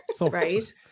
Right